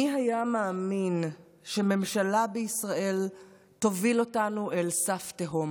מי היה מאמין שממשלה בישראל תוביל אותנו אל סף תהום?